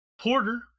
porter